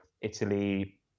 italy